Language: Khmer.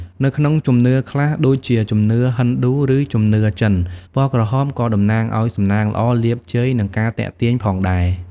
នៅក្នុងជំនឿខ្លះ ដូចជាជំនឿហិណ្ឌូ ឬជំនឿចិន ពណ៌ក្រហមក៏តំណាងឲ្យ សំណាងល្អ លាភជ័យ និងការទាក់ទាញផងដែរ។